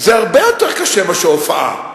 זה הרבה יותר קשה מאשר הופעה.